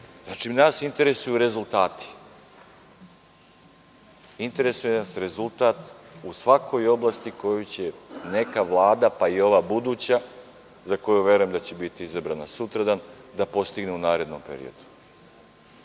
grupe.)Nas interesuju rezultati. Interesuje nas rezultat u svakoj oblasti koju će neka Vlada, pa i ova buduća za koju verujem da će biti izabrana sutra, da postigne u narednom periodu.